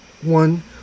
one